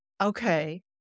Okay